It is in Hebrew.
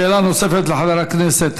שאלה נוספת לחבר הכנסת